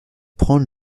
prendre